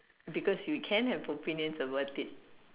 because you can have opinions about it